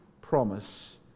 promise